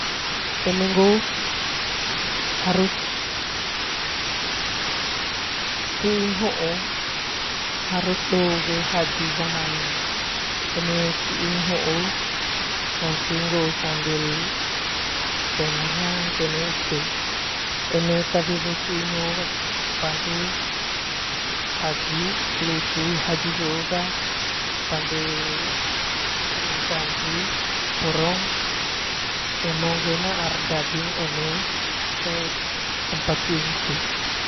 Eme ngoo ciong hoo harus do koe na haju wa main e eme cuing hoo ngance sambal teneng hang teneng ute eme eta wewo cuing ho ga pande haju haju soo ga pande berurutan si porng emong koe naa daging one tempat cuing hitu.